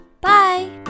Bye